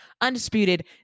undisputed